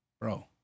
Bro